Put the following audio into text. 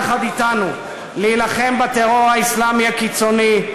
יחד אתנו, להילחם בטרור האסלאמי הקיצוני,